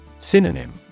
Synonym